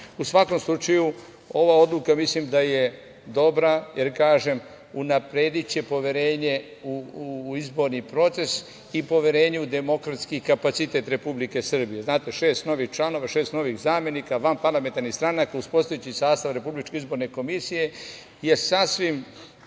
svakom slučaju, ova odluka mislim da je dobra, jer, kažem, unaprediće poverenje u izborni proces i poverenje u demokratski kapacitet Republike Srbije. Znate, šest novih članova, šest novih zamenika vanparlamentarnih stranak uz postojeći sastav Republičke izborne komisije je sasvim